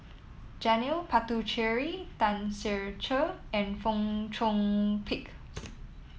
Janil Puthucheary Tan Ser Cher and Fong Chong Pik